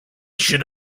should